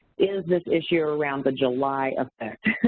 is this issue around the july effect.